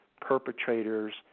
perpetrators